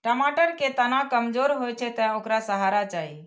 टमाटर के तना कमजोर होइ छै, तें ओकरा सहारा चाही